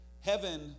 Heaven